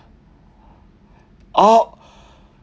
oh